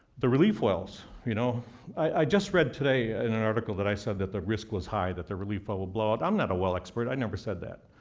the relief wells. you know i just read today and an article that i said that the risk was high that the relief well would blow up. i'm not a well expert, i never said that.